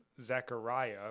Zechariah